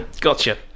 Gotcha